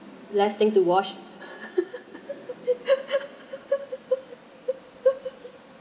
less thing to wash